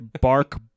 bark